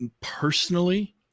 personally